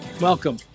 Welcome